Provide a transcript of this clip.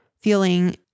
feeling